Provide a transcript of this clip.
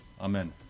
amen